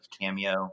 cameo